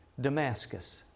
Damascus